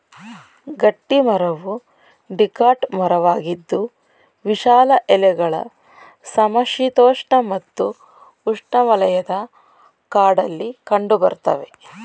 ಗಟ್ಟಿಮರವು ಡಿಕಾಟ್ ಮರವಾಗಿದ್ದು ವಿಶಾಲ ಎಲೆಗಳ ಸಮಶೀತೋಷ್ಣ ಮತ್ತು ಉಷ್ಣವಲಯದ ಕಾಡಲ್ಲಿ ಕಂಡುಬರ್ತವೆ